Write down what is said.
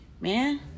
man